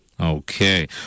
Okay